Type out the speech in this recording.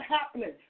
happening